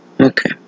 Okay